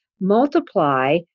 Multiply